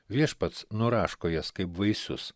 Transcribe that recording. viešpats nuraško jas kaip vaisius